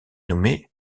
nommée